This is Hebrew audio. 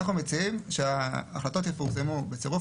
אנחנו מציעים שההחלטות יפורסמו בצירוף